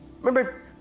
remember